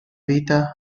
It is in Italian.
vita